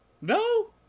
No